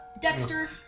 Dexter